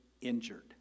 injured